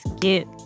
get